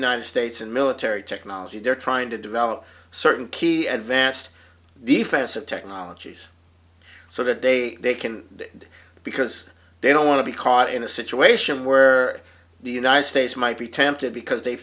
united states and military technology they're trying to develop certain key advanced defensive technologies so that they they can because they don't want to be caught in a situation where the united states might be tempted because they